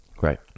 Right